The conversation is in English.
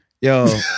Yo